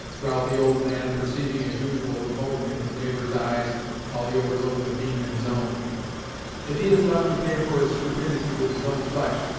growled the old man, perceiving as usual the mote in his neighbor's eyes, while he overlooked the beam in his own if he is left to pay for his stupidity with his own flesh,